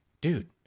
dude